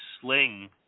Sling